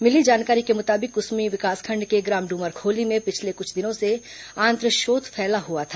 मिली जानकारी के मुताबिक कुसमी विकासखंड के ग्राम डूमरखोली में पिछले कुछ दिनों से आंत्रशोथ फैला हुआ था